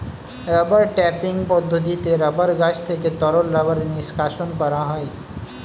rubber tapping পদ্ধতিতে rubber গাছ থেকে তরল রাবার নিষ্কাশণ করা হয়